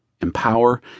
empower